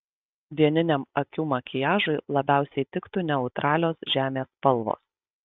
dieniniam akių makiažui labiausiai tiktų neutralios žemės spalvos